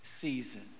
season